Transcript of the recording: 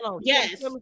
yes